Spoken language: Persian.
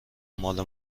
مال